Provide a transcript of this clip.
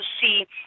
see